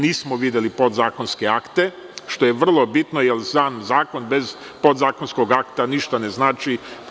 Nismo videli podzakonske akte, što je vrlo bitno, jer sam zakon bez podzakonskog akta ništa ne znači.